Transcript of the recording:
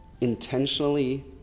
intentionally